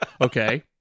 Okay